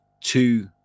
two